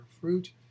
fruit